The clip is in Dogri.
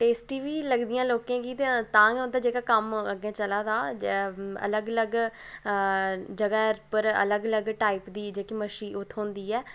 टेस्टी बी लगदियां लोकें गी तां गै जेह्का उं'दा कम्म चला दा अलग अलग जगह् पर अलग अलग टाइप दी जेह्की मच्छी हो थ्होंदी ऐ